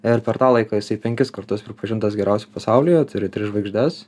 ir per tą laiką jisai penkis kartus pripažintas geriausiu pasaulyje turi tris žvaigždes